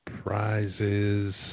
prizes